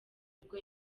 nibwo